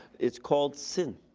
it's called sin!